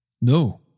No